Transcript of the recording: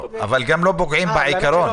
אבל גם לא פוגעים בעיקרון.